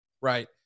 right